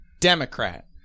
Democrat